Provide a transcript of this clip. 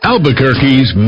Albuquerque's